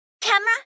camera